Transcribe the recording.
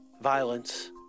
violence